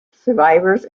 survivors